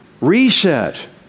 Reset